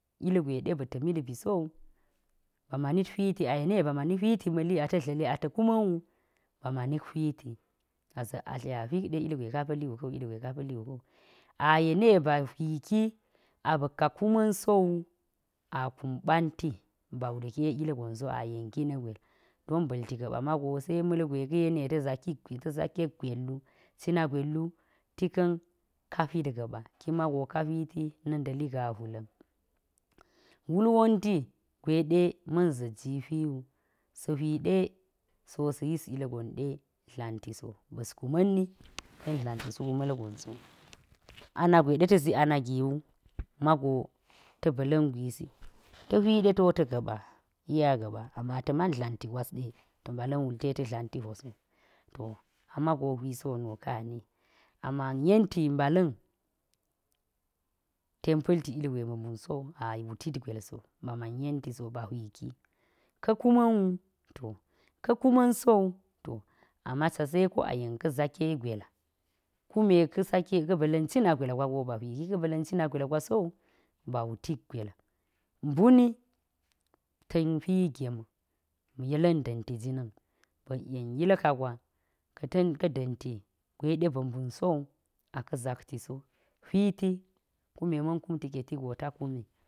Ilgwe ɗe ba̱ ta̱mit bi so wu. ba manit hwiti, a yene ba mani hwiti ma̱li a ta̱ dla̱li a ta̱ kuma̱n wu. ba manik hwiti, ba za̱k atli a hwiɗe ilgwe ka pa̱li wu ka̱ wu ilgwe ka pa̱li wu ka̱ wu, a yene ba hwiki a ba̱ka kuma̱n so wu, a kum ɓanti ba̱ba wulke ilgon so a yen ki na̱ gwel, don ba̱lti ga̱ɓa mago se ma̱lgwe ka̱yene ta̱ zakik bi ta̱ sakek gwel wu, ti ka̱n ka hwit ga̱ɓa, ki mago ka hwit na̱ nda̱li gaahwula̱n. Wul wonti gweɗe ma̱n za̱t jii hwi wu, sa̱a̱ hwiɗe sii wo sa̱a̱ yis ilgon ɗe dlanti so, ba̱s kuma̱n ni ten dlanti suk ma̱lgon so. Ana gweɗe ta̱ zii ana gi wu mago ta̱ ba̱la̱n gwisi, ta̱ hwiɗe ti wo ta̱ ga̱ɓa, iya ga̱ɓa ama ta̱ man dlanti gwasɗe ta̱ mbala̱n wulti te ta̱ dlanti hwo so, to ami mago nu ka̱n ani, amman yenti mbala̱n ten pa̱lti ilgwe ba̱ mbun so wu a wutit gwel so, ba hwi ki, ka̱ kuma̱n wu to ka kuma̱n so wu to, amma ca se ko kume ayen ka̱ zaki gwel. kume ka̱ sake, kume ka̱ ba̱la̱n cina gwel gwa go ba hwiki. kume ka̱ ba̱la̱n cina gwel gwa so wu, ba wutik gwel, mbuni ta̱n hwi gem yela̱n danti jii, na̱n, ba̱k yen yilka gwa ka̱ ta̱n, ten da̱nti gwe ɗe ba̱ mbun so wu a ka̱ zakti so, kume ma̱n kumti ke ti go ta kumi.